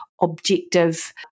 objective